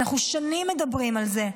אנחנו שנים מדברים על זה,